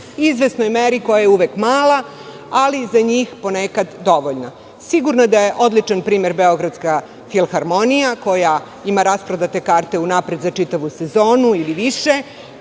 izvesnoj meri mala, ali za njih ponekad dovoljna. Sigurno da je odličan primer Beogradska filharmonija koja ima rasprodate karte za čitavu sezonu ili više,